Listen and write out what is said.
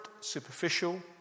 superficial